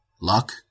Luck